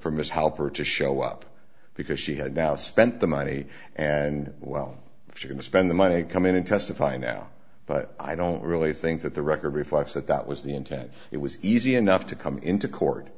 for miss helper to show up because she had now spent the money and well if you can spend the money to come in and testify now but i don't really think that the record reflects that that was the intent it was easy enough to come into court